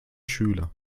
schüler